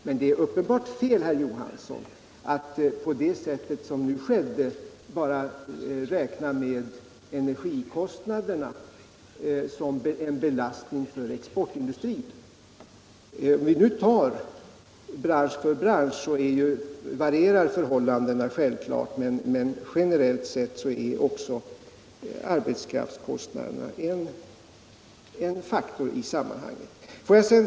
Men det är uppenbart fel, herr Johansson, att så som skedde räkna med enbart energikostnaderna såsom en belastning för exportindustrin. Undersöker man bransch för bransch, varierar förhållandena självklart, men generellt sett är också arbetskraftskostnaderna en faktor 1 sammanhanget.